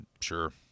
Sure